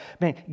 man